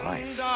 Life